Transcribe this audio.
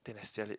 then I sell it